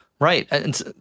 Right